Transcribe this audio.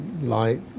light